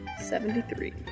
Seventy-three